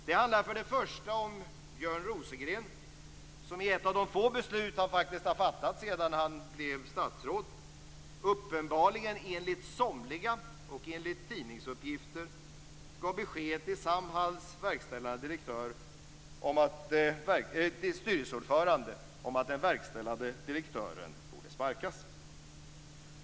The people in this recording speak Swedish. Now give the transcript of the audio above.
Det handlar för det första om Björn Rosengren, som i ett av de få beslut han faktiskt har fattat sedan han blev statsråd uppenbarligen enligt somliga och enligt tidningsuppgifter gav besked till Samhalls styrelseordförande om att den verkställande direktören borde sparkas.